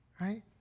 Right